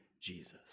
Jesus